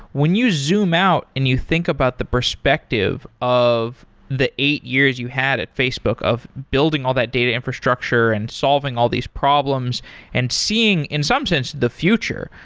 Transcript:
when you zoom out and you think about the perspective of the eight years you had at facebook of building all that data infrastructure and solving all these problems and seeing, in some sense, the future,